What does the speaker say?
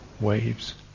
waves